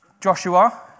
Joshua